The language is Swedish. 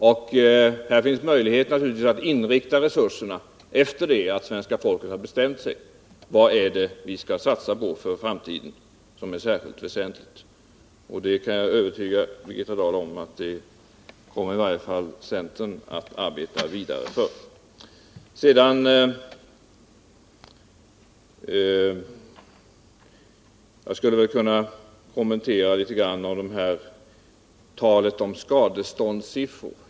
Det finns naturligtvis möjligheter att påverka inriktningen av resurserna efter det att svenska folket har bestämt sig för vad som är särskilt väsentligt att satsa på för framtiden. Birgitta Dahl kan vara övertygad om att i varje fall centern kommer att arbeta vidare för det. Jag skall något kommentera talet om skadeståndssiffror.